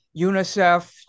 UNICEF